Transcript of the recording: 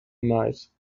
night